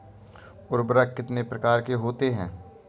उर्वरक कितनी प्रकार के होते हैं?